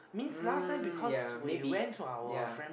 um ya maybe ya